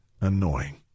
annoying